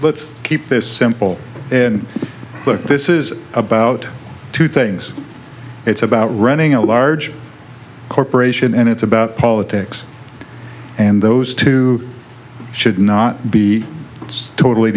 let's keep this simple but this is about two things it's about running a large corporation and it's about politics and those two should not be it's totally